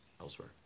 elsewhere